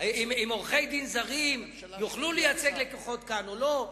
אם עורכי-דין זרים יוכלו לייצג לקוחות כאן או לא.